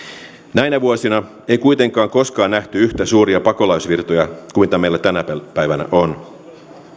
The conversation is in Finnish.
näinä vuosina ei kuitenkaan koskaan nähty yhtä suuria pakolaisvirtoja kuin mitä meillä tänä päivänä on